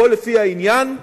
הכול לפי העניין,